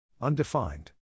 Undefined